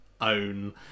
own